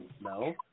No